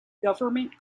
government